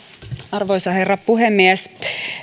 arvoisa herra puhemies